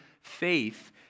faith